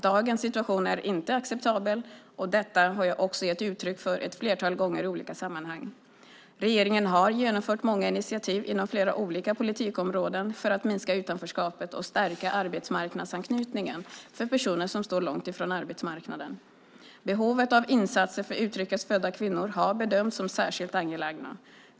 Dagens situation är inte acceptabel, och detta har jag också gett uttryck för ett flertal gånger i olika sammanhang. Regeringen har genomfört många initiativ inom flera olika politikområden för att minska utanförskapet och stärka arbetsmarknadsanknytningen för personer som står långt ifrån arbetsmarknaden. Behovet av insatser för utrikes födda kvinnor har bedömts som särskilt angelägna.